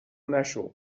نشو